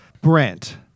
Brent